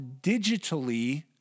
digitally